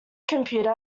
computer